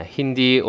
Hindi